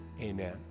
Amen